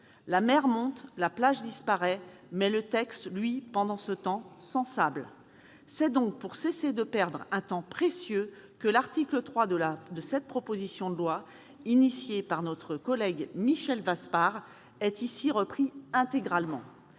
La mer monte, la plage disparaît, mais le texte, lui, pendant ce temps, s'ensable. C'est donc pour cesser de perdre un temps précieux que l'article 3 de cette proposition de loi, initiée par notre collègue Michel Vaspart, est ici intégralement